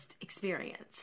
experience